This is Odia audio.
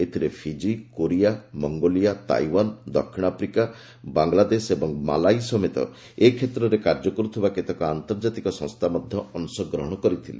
ଏଥିରେ ଫିଙ୍ଗି କୋରିଆ ମଙ୍ଗୋଲିଆ ତାଇୱାନ ଦକ୍ଷିଣ ଆଫିକା ବାଙ୍ଗଲାଦେଶ ଓ ମାଲାଇ ସମେତ ଏ କ୍ଷେତ୍ରରେ କାର୍ଯ୍ୟ କରୁଥିବା କେତେକ ଆନ୍ତର୍ଜାତିକ ସଂସ୍ଥା ମଧ୍ୟ ଅଂଶଗ୍ହଣ କରିଥିଲେ